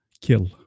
kill